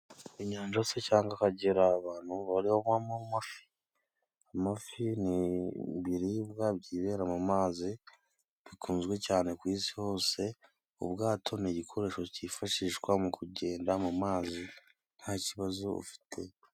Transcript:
Inyanja se cyangwa akagera abantu barebamo amafi n'ibiribiribwa byibera mu mazi bikunzwe cyane ku isi hose ubwato ni igikoresho cyifashishwa mu kugenda mu mazi ntakibazo ufite.